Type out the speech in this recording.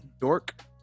Dork